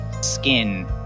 skin